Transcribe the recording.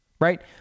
right